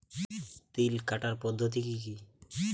তিল কাটার পদ্ধতি কি কি?